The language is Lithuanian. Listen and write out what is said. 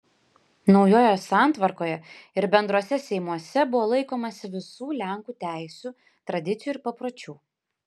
naujoje santvarkoje ir bendruose seimuose buvo laikomasi visų lenkų teisių tradicijų ir papročių